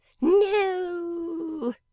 No